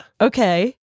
Okay